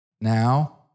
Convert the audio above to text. Now